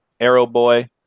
Arrowboy